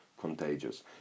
contagious